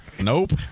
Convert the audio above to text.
Nope